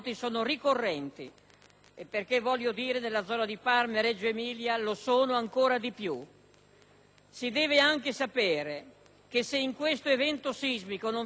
e perché nella zona di Parma e Reggio Emilia lo sono ancora di più. Si deve anche sapere che se in questo evento sismico non vi sono state vittime,